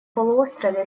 полуострове